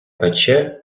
пече